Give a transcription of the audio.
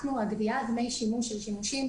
גביית דמי השימוש על שימושים